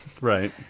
Right